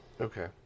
Okay